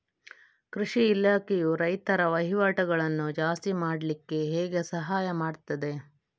ಕೃಷಿ ಇಲಾಖೆಯು ರೈತರ ವಹಿವಾಟುಗಳನ್ನು ಜಾಸ್ತಿ ಮಾಡ್ಲಿಕ್ಕೆ ಹೇಗೆ ಸಹಾಯ ಮಾಡ್ತದೆ?